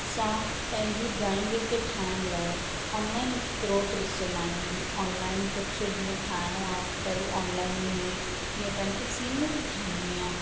असां पंहिंजी ड्रॉइंग खे ठाहिण लाइ ऑनलाइन स्त्रोत ॾीसंदा आहियूं जीअं ऑनलाइन कुझु जीअं ठाहिणो आहे त पहिरीं ऑनलाइन में जीअं पाण खे सीनरी ठाहिणी आहे